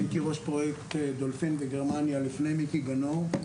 הייתי ראש פרויקט דולפין בגרמניה לפני מיקי גנור.